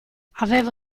avevo